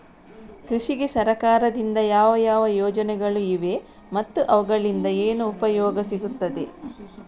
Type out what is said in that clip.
ಕೃಷಿಗೆ ಸರಕಾರದಿಂದ ಯಾವ ಯಾವ ಯೋಜನೆಗಳು ಇವೆ ಮತ್ತು ಅವುಗಳಿಂದ ಏನು ಉಪಯೋಗ ಸಿಗುತ್ತದೆ?